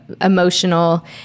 emotional